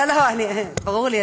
ברור לי.